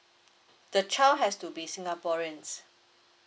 the child has to be singaporeans